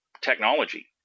technology